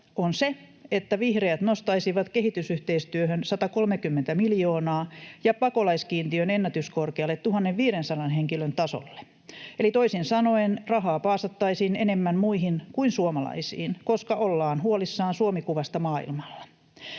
on se, että vihreät nostaisivat kehitysyhteistyöhön 130 miljoonaa ja pakolaiskiintiön ennätyskorkealle 1 500 henkilön tasolle, eli toisin sanoen rahaa paasattaisiin enemmän muihin kuin suomalaisiin, koska ollaan huolissaan Suomi-kuvasta maailmalla.